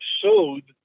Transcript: showed